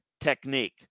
technique